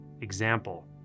example